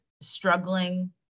struggling